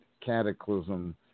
Cataclysm